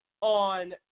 on